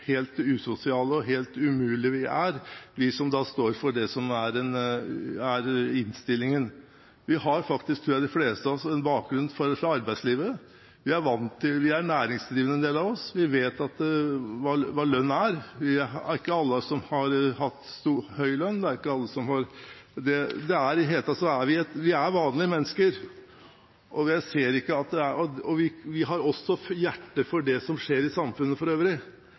helt igjen i den beskrivelsen som vi etter hvert har fått av oss – hvor usosiale og helt umulige vi er, vi som står for det som er innstillingen. Vi har faktisk, tror jeg – de fleste av oss – en bakgrunn fra arbeidslivet, vi er næringsdrivende en del av oss, vi vet hva lønn er, og det er ikke alle som har hatt høy lønn. I det hele tatt er vi vanlige mennesker. Vi har også hjerte for det som skjer i samfunnet for øvrig,